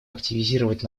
активизировать